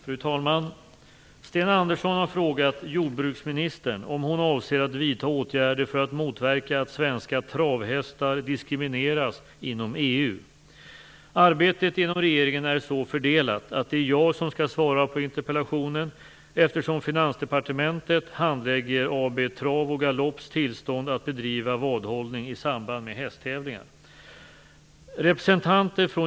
Fru talman! Sten Andersson har frågat jordbruksministern om hon avser att vidta åtgärder för att motverka att svenska travhästar diskrimineras inom Arbetet inom regeringen är så fördelat att det är jag som skall svara på interpellationen, eftersom Finansdepartementet handlägger AB Trav och Galopps tillstånd att bedriva vadhållning i samband med hästtävlingar.